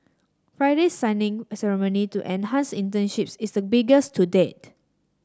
Friday's signing ceremony to enhance internships is the biggest to date